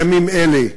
בימים אלה,